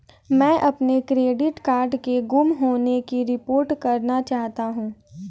मैं अपने debit card के गुम होने की रिपोर्ट करना चाहता हूँ